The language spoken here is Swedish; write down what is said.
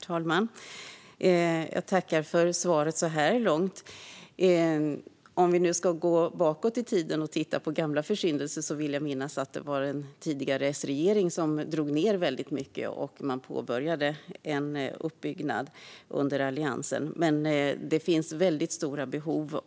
Herr talman! Jag tackar för svaret så här långt. Om vi ska gå bakåt i tiden och titta på gamla försyndelser vill jag minnas att det var en tidigare S-regering som drog ned väldigt mycket och att en uppbyggnad påbörjades under Alliansen. Det finns stora behov.